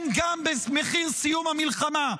כן, גם במחיר סיום המלחמה.